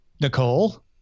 Nicole